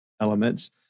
elements